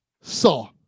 saw